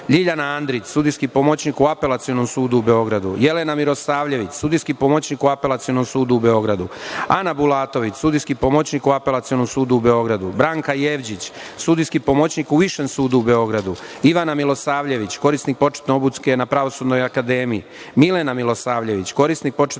Ljiljana Andrić, sudijski pomoćnik u Apelacionom sudu u Beogradu, Jelena Mirosavljević, sudijski pomoćnik u Apelacionom sudu u Beogradu, Ana Bulatović, sudijski pomoćnik u Apelacionom sudu u Beogradu, Branka Jevđić, sudijski pomoćnik u Višem sudu u Beogradu, Ivana Milosavljević, korisnik početne obuke na Pravosudnoj akademiji, Milena Milosavljević, korisnik početne obuke na Pravosudnoj akademiji,